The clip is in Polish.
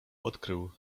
odkrył